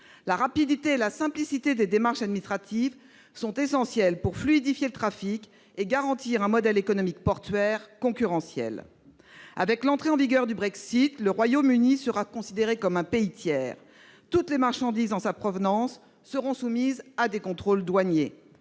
La rapidité et la simplicité des démarches administratives sont essentielles pour fluidifier le trafic et garantir un modèle économique portuaire concurrentiel. Après l'entrée en vigueur du Brexit, le Royaume-Uni sera considéré comme un pays tiers. Toutes les marchandises en sa provenance seront soumises à des contrôles douaniers.